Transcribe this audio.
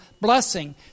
blessing